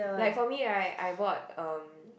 like for me right I bought um